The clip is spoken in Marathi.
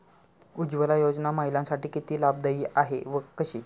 उज्ज्वला योजना महिलांसाठी किती लाभदायी आहे व कशी?